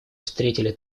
встретили